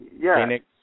Phoenix